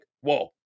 whoa